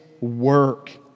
work